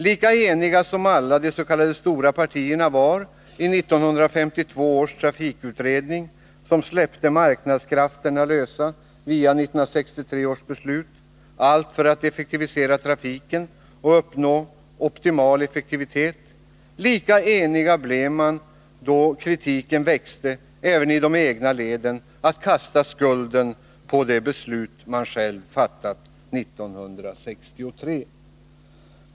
Lika eniga som alla de s.k. stora partierna var i 1952 års trafikutredning, som släppte marknadskrafterna lösa via 1963 års beslut — allt för att effektivisera trafiken och uppnå optimal effektivitet —, lika enig blev man, då kritiken växte även i de egna leden, om att kasta skulden på det beslut man själv fattat 1963.